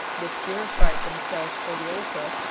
they purified themselves for the altar,